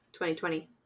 2020